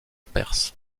perse